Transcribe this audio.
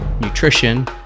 nutrition